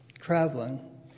traveling